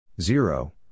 Zero